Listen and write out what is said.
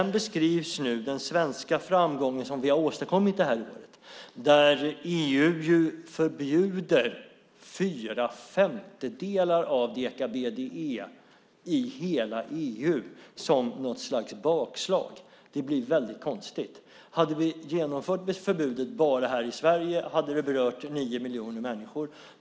Nu beskrivs den svenska framgång som vi det här året har åstadkommit - EU förbjuder ju fyra femtedelar av deka-BDE i hela EU - som ett slags bakslag. Det blir väldigt konstigt. Hade vi genomfört förbudet bara här i Sverige skulle det ha berört nio miljoner människor.